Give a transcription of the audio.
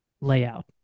layout